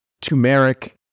turmeric